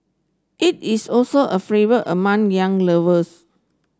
it is also a among young lovers